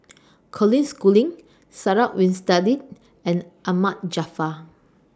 Colin Schooling Sarah Winstedt and Ahmad Jaafar